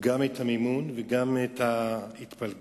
גם את המימון וגם את ההתפלגות.